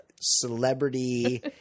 celebrity